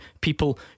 people